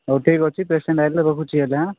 ହଉ ଠିକ୍ ଅଛି ପେସେଣ୍ଟ୍ ଆସିଲେ ରଖୁଛି ହେଲେ ହାଁ